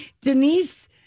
Denise